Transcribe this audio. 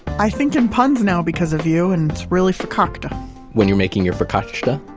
i think in puns now because of you and it's really fakakta when you're making your fakacia?